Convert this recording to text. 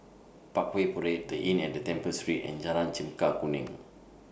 Parkway Parade The Inn At Temple Street and Jalan Chempaka Kuning